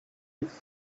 his